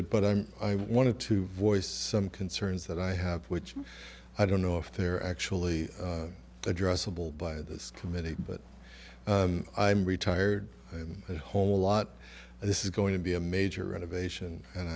it but i'm i wanted to voice some concerns that i have which i don't know if they're actually addressable by this committee but i'm retired and a whole lot this is going to be a major renovation and